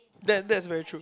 that that very true